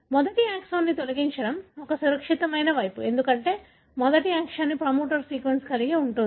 మొదటి ఎక్సాన్ను తొలగించడం ఒక సురక్షితమైన వైపు ఎందుకంటే మొదటి ఎక్సాన్ ప్రమోటర్ సీక్వెన్స్ కలిగి ఉంటుంది